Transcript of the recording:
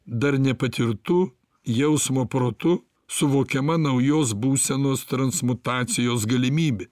dar nepatirtu jausmo protu suvokiama naujos būsenos transmutacijos galimybė